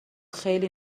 خیلی